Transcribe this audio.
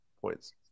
points